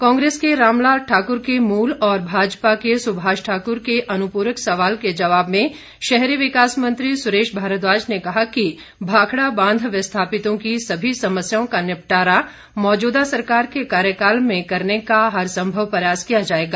कांग्रेस सदस्य राम लाल ठाकुर के मूल और भाजपा सदस्य सुभाष ठाकुर के अनुपूरक सवाल के जवाब में शहरी विकास मंत्री सुरेश भारद्वाज ने कहा कि भाखड़ा बांध विस्थापितों की सभी समस्याओं का निपटारा मौजूदा सरकार के कार्यकाल में करने का हर संभव प्रयास किया जाएगा